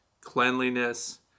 cleanliness